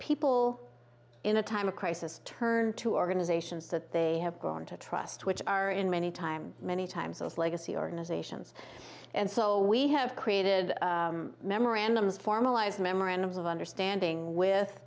people in a time of crisis turn to organizations that they have grown to trust which are in many time many times those legacy organizations and so we have created memorandums formalized memorandums of understanding with